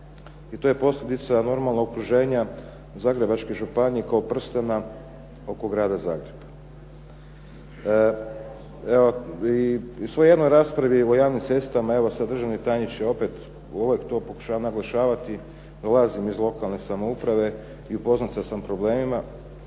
I to je posljedica normalno okruženja Zagrebačke županije kao prstena oko grada Zagreba. I u svojoj jednoj raspravi o javnim cestama, evo sada državni tajniče opet uvijek to pokušavam naglašavati, dolazim iz lokalne samouprave i upoznat sam sa problemima,